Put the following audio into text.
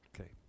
Okay